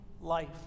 life